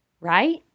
right